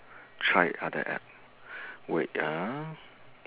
try other app wait ah